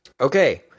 Okay